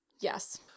yes